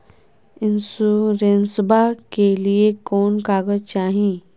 इंसोरेंसबा के लिए कौन कागज चाही?